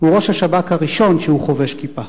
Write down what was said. הוא ראש השב"כ הראשון שהוא חובש כיפה,